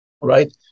Right